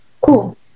Cool